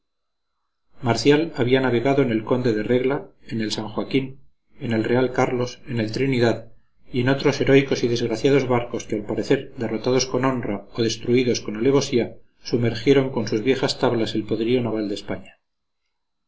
marcial había navegado en el conde de regla en el san joaquín en el real carlos en el trinidad y en otros heroicos y desgraciados barcos que al parecer derrotados con honra o destruidos con alevosía sumergieron con sus viejas tablas el poderío naval de españa